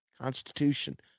Constitution